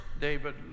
david